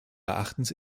erachtens